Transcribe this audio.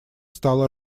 стало